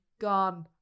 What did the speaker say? Gone